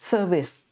Service